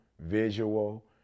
visual